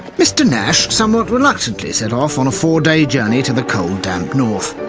mr nash somewhat reluctantly set off on a four-day journey to the cold damp north.